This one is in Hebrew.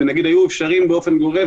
זה נכון לראות את התמונה הכוללת,